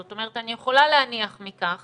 זאת אומרת אני יכולה להניח מכך